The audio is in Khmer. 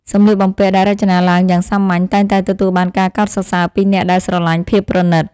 សម្លៀកបំពាក់ដែលរចនាឡើងយ៉ាងសាមញ្ញតែងតែទទួលបានការកោតសរសើរពីអ្នកដែលស្រឡាញ់ភាពប្រណីត។